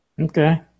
Okay